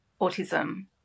autism